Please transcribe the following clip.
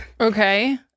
okay